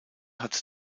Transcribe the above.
hat